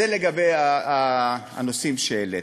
זה לגבי הנושאים שהעלית.